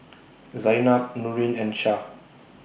Zaynab Nurin and Syah